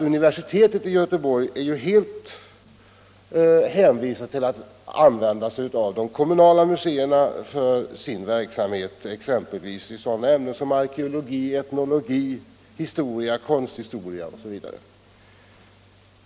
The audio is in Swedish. Universitetet i Göteborg är helt hänvisat till att använda sig av de kommunala museerna för sin verksamhet i sådana ämnen som arkeologi, etnologi, historia, konsthistoria osv.